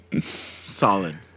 Solid